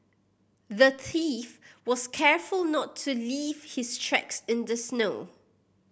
the thief was careful to not leave his tracks in the snow